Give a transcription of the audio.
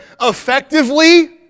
effectively